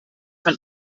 von